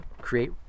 create